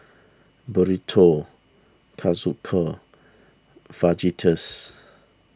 Burrito Kalguksu Fajitas